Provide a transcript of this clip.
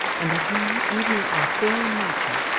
and that we, even in our fallen nature,